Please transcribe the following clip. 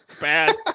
bad